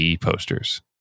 posters